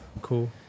Cool